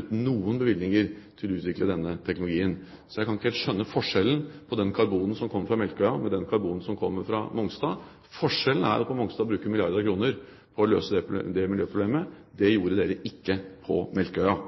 uten noen bevilgninger til å utvikle denne teknologien. Så jeg kan ikke helt skjønne forskjellen på den karbonen som kommer fra Melkøya, og den karbonen som kommer fra Mongstad. Forskjellen er at på Mongstad bruker vi milliarder av kroner på å løse det miljøproblemet. Det gjorde dere ikke på Melkøya.